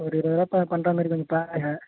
ஒரு இருபது ரூவா ப பண்ணுறா மாதிரி கொஞ்சம் பாருங்க